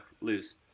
lose